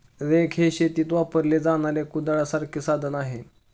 rake हे शेतीत वापरले जाणारे कुदळासारखे साधन आहे